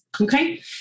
Okay